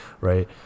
Right